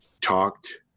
talked